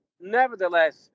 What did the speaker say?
nevertheless